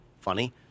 funny